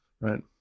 right